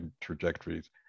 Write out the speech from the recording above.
trajectories